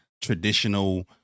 traditional